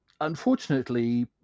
Unfortunately